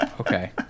Okay